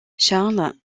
charles